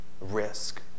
risk